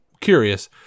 curious